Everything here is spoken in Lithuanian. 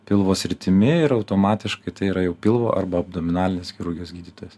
pilvo sritimi ir automatiškai tai yra jau pilvo arba abdominalinės chirurgijos gydytojas